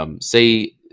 say